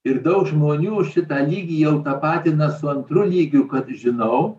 ir daug žmonių šitą lygį jau tapatina su antru lygiu kad žinau